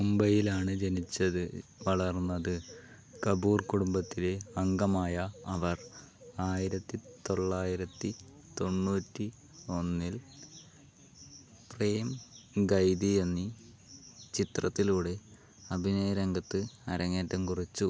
മുംബൈയിലാണ് ജനിച്ചത് വളർന്നത് കപൂർ കുടുംബത്തിലെ അംഗമായ അവർ ആയിരത്തി തൊള്ളായിരത്തി തൊണ്ണൂറ്റി ഒന്നിൽ പ്രേം ഖൈദി എന്നീ ചിത്രത്തിലൂടെ അഭിനയ രംഗത്ത് അരങ്ങേറ്റം കുറിച്ചു